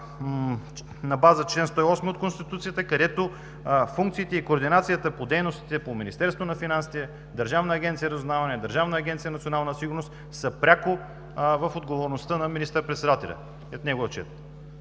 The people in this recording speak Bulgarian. на чл. 108 от Конституцията, където функциите и координацията на дейностите на Министерството на финансите, Държавна агенция „Разузнаване“, Държавна агенция „Национална сигурност“ са пряко в отговорността на министър-председателя, под негов отчет.